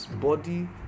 body